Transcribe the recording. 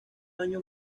año